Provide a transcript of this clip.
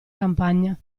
campagna